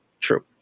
True